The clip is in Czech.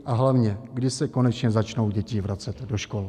A hlavně: Kdy se konečně začnou děti vracet do škol?